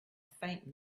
faint